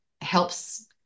helps